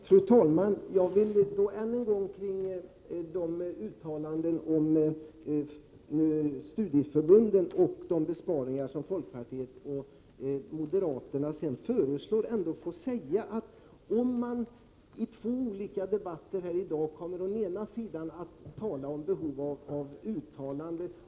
Fru talman! Jag vill än en gång säga några ord med anledning av de uttalanden om studieförbunden som man begär och de besparingar som folkpartiet och moderaterna sedan föreslår. I två olika debatter här i dag talar man å ena sidan om behov av uttalanden.